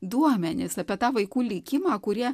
duomenys apie tą vaikų likimą kurie